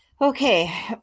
Okay